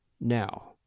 now